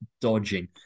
dodging